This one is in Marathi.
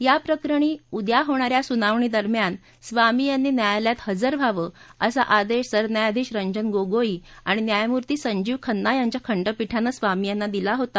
या प्रकरणी उद्या होणा या सुनावणी दरम्यान स्वामी यांनी न्यायालयात हजर व्हावं असा आदेश सरन्यायाधीश रंजन गोगाई आणि न्यायमूर्ती संजीव खन्ना यांच्या खंडपीठानं स्वामी यांना दिला होता